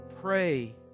pray